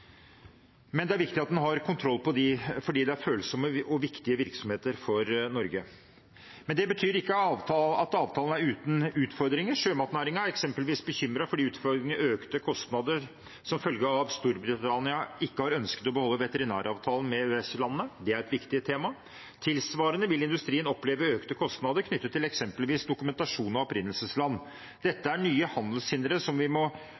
men det er viktig at en har kontroll på dem, fordi det er følsomme og viktige virksomheter for Norge. Det betyr ikke at avtalen er uten utfordringer. Sjømatnæringen er eksempelvis bekymret for utfordringen med økte kostnader som følge av at Storbritannia ikke har ønsket å beholde veterinæravtalen med EØS-landene. Det er et viktig tema. Tilsvarende vil industrien oppleve økte kostnader knyttet til eksempelvis dokumentasjon av opprinnelsesland. Dette er nye handelshindre som vi må